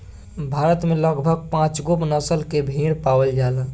भारत में लगभग पाँचगो नसल के भेड़ पावल जाला